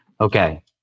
Okay